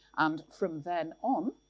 and from then on,